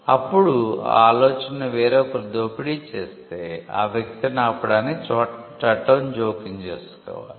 అప్పుడు ఆ ఆలోచనను వేరొకరు దోపిడీ చేస్తే ఆ వ్యక్తిని ఆపడానికి చట్టం జోక్యం చేసుకోవాలి